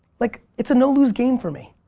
like it's a no lose game for me.